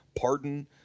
pardon